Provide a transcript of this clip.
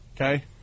okay